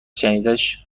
شنیدنش